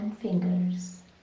fingers